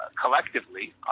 collectively